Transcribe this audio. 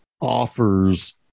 offers